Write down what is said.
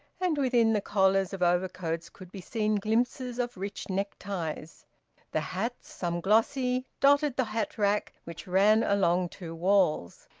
and within the collars of overcoats could be seen glimpses of rich neckties the hats, some glossy, dotted the hat-rack which ran along two walls.